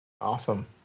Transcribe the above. Awesome